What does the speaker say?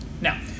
Now